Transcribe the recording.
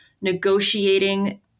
negotiating